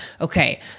Okay